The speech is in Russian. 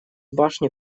башни